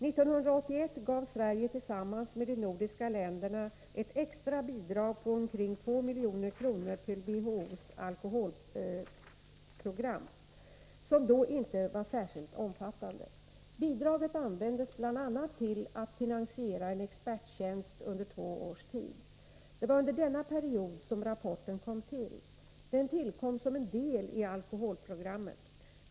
1981 gav Sverige tillsammans med de nordiska länderna ett extra bidrag på omkring två miljoner kronor till WHO:s alkoholprogram, som då inte var särskilt omfattande. Bidraget användes bl.a. till att finansiera en experttjänst under två års tid. Det var under denna period som rapporten kom till. Den tillkom som en del i alkoholprogrammet.